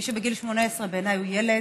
מי שבגיל 18 הוא בעיניי הוא ילד.